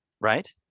right